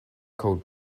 called